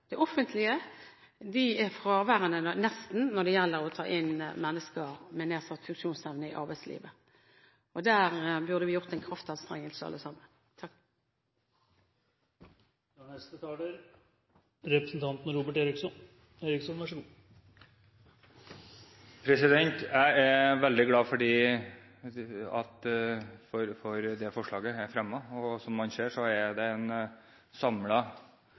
det offentlige går foran med et godt eksempel. Det offentlige er nesten fraværende når det gjelder å ta inn mennesker med nedsatt funksjonsevne i arbeidslivet. Der burde vi gjort en kraftanstrengelse alle sammen. Jeg er veldig glad for at dette representantforslaget er fremmet, og som man ser, er det en